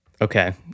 Okay